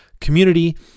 community